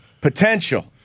Potential